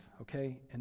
okay